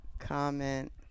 Comment